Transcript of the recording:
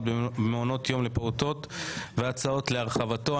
במעונות יום לפעוטות והצעות להרחבתו.